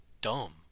dumb